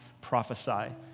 prophesy